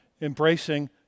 embracing